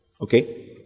Okay